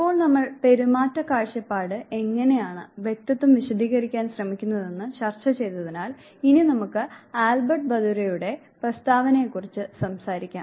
ഇപ്പോൾ നമ്മൾ പെരുമാറ്റ കാഴ്ചപ്പാട് എങ്ങനെയാണ് വ്യക്തിത്വം വിശദീകരിക്കാൻ ശ്രമിക്കുന്നതെന്ന് ചർച്ച ചെയ്തതിനാൽ ഇനി നമുക്ക് ആൽബർട്ട് ബന്ദുരയുടെ പ്രസ്താവനയെക്കുറിച്ച് സംസാരിക്കാം